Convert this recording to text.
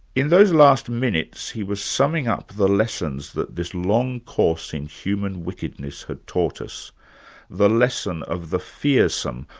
in those last minutes he was summing up the lessons that this long course in human wickedness had taught us the less of the fearsome,